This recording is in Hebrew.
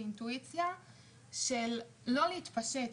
אינטואיציה שאומרת לי לא להתפשט,